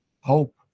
hope